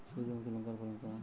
সূর্যমুখী লঙ্কার ফলন কেমন?